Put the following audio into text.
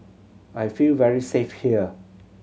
I feel very safe here